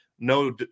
No